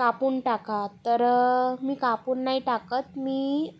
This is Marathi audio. कापून टाका तर मी कापून नाही टाकत मी